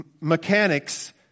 mechanics